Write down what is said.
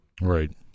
Right